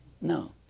No